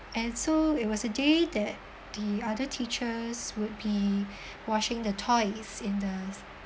and so it was a day that the other teachers would be washing the toys in the